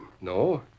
No